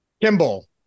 Kimball